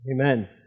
Amen